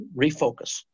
refocus